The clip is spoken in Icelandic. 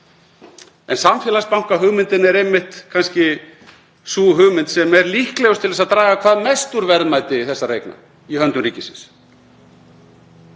En samfélagsbankahugmyndin er einmitt kannski sú hugmynd sem er líklegust til að draga hvað mest úr verðmæti þessara eigna í höndum ríkisins.